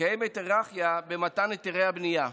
היררכיה במתן היתרי הבנייה.